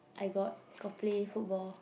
I got got play football